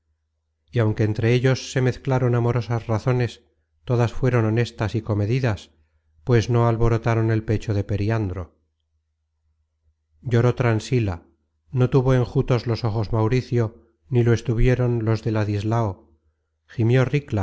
y aunque entre ellos se mezclaron amorosas razones todas fueron honestas y comedidas pues no alborotaron el pecho de periandro lloró transila no tuvo enjutos los ojos mauricio ni lo estuvieron los de ladislao